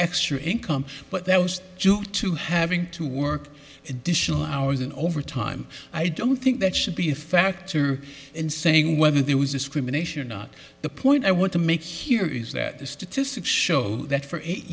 extra income but that was jus to having to work additional hours and overtime i don't think that should be a factor in saying whether there was discrimination or not the point i want to make here is that the statistics show that for eight